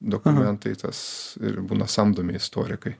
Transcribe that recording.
dokumentai tas būna samdomi istorikai